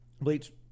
Bleach